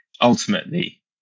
ultimately